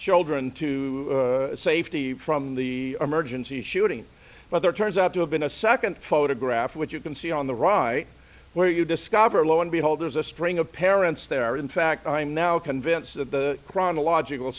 children to safety from the emergency shooting weather turns out to have been a second photograph which you can see on the right where you discover lo and behold there's a string of parents there in fact i'm now convinced that the chronological